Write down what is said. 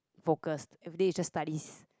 focused everyday is just studies